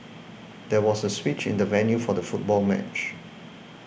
there was a switch in the venue for the football match